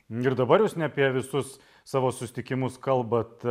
ir dabar jūs ne apie visus savo susitikimus kalbat